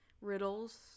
riddles